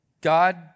God